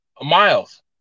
Miles